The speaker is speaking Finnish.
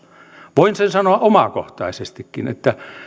voin sen sanoa omakohtaisestikin